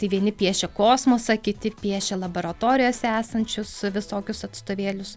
tai vieni piešė kosmosą kiti piešė laboratorijose esančius visokius atstovėlius